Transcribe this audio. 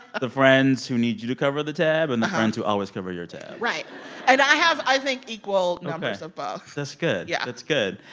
ah the friends who need you to cover the tab and the friends who always cover your tab right and i have, i think, equal. ok. numbers of both that's good yeah that's good.